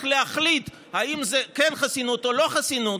להחליט אם זה כן חסינות או לא חסינות,